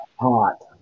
hot